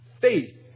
faith